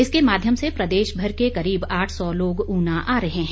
इसके माध्यम से प्रदेश भर के करीब आठ सौ लोग ऊना आ रहे हैं